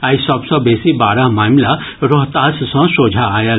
आइ सभ सँ बेसी बारह मामिला रोहतास सँ सोझा आयल